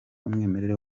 umwimerere